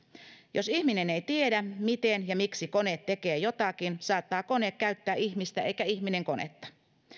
jos ihminen ei tiedä miten ja miksi kone tekee jotakin saattaa kone käyttää ihmistä eikä ihminen konetta